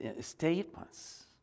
statements